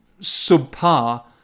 subpar